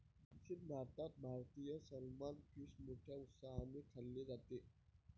दक्षिण भारतात भारतीय सलमान फिश मोठ्या उत्साहाने खाल्ले जाते